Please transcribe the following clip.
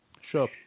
sure